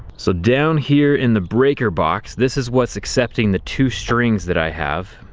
so down here in the breaker box, this is what's accepting the two strings that i have.